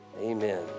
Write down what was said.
Amen